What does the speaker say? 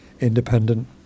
independent